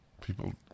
People